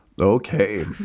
Okay